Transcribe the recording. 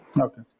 Okay